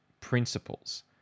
principles